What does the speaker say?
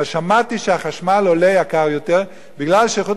אבל שמעתי שהחשמל עולה יותר כי אנשי איכות